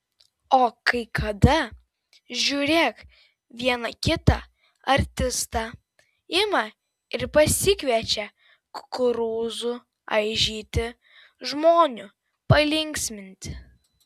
o kai kada žiūrėk vieną kitą artistą ima ir pasikviečia kukurūzų aižyti žmonių palinksminti